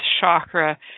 chakra